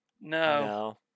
No